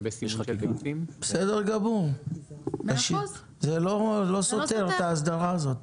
בסדר גמור, זה לא סותר את ההסדרה הזאת.